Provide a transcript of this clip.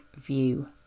view